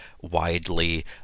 widely